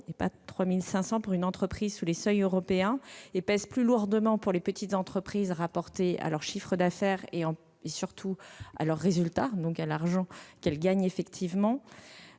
3 500 euros pour une entreprise sous les seuils européens, et pèse plus lourdement pour les petites entreprises, rapporté à leur chiffre d'affaires et, surtout, à leurs résultats, donc à l'argent qu'elles gagnent effectivement.